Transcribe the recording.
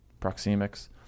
Proxemics